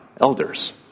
elders